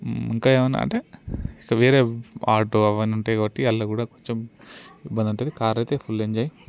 ఇంకా ఏమన్నా అంటే వేరే ఆటో అవన్నీ ఉంటాయి కాబట్టి అందులో కొంచెం ఇబ్బంది ఉంటది కార్ అయితే ఫుల్ ఎంజాయ్